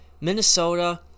Minnesota